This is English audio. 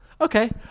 okay